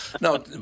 No